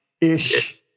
Ish